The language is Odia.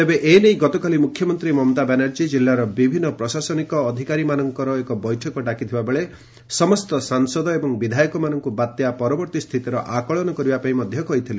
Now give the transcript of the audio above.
ତେବେ ଏ ନେଇ ଗତକାଲି ମୁଖ୍ୟମନ୍ତ୍ରୀ ମମତା ବାନାର୍ଜୀ କିଲ୍ଲାର ସମସ୍ତ ପ୍ରଶାସନିକ ଅଧିକାରୀମାନଙ୍କର ସହ ଏକ ବୈଠକ ଡାକିଥିବା ବେଳେ ସମସ୍ତ ସାଂସଦ ଏବଂ ବିଧାୟକମାନଙ୍କୁ ବାତ୍ୟା ପରବର୍ତ୍ତୀ ସ୍ଥିତିର ଆକଳନ କରିବା ପାଇଁ ମଧ୍ୟ କହିଥିଲେ